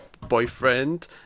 boyfriend